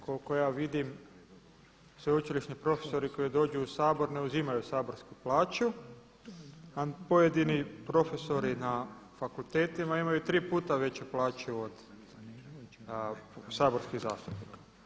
Koliko ja vidim sveučilišni profesori koji dođu u Sabor ne uzimaju saborsku plaću, a pojedini profesori na fakultetima imaju 3 puta veću plaću od saborskih zastupnika.